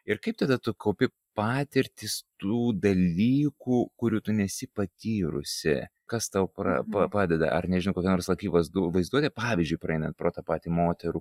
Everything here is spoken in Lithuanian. ir kaip tada tu kaupi patirtis tų dalykų kurių tu nesi patyrusi kas tau pra padeda ar nežinau kokia laki vai vaizduotė pavyzdžiui praeinant pro tą patį moterų